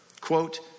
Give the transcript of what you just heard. Quote